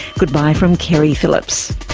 goodbye from keri phillips